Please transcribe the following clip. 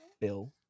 Bill